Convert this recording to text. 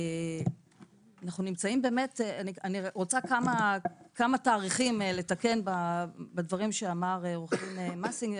אני רוצה כמה תאריכים לתקן בדברים שאמר עו"ד מסינג,